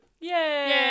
yay